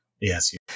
Yes